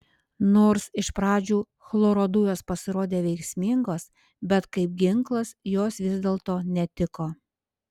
nors iš pradžių chloro dujos pasirodė veiksmingos bet kaip ginklas jos vis dėlto netiko